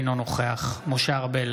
אינו נוכח משה ארבל,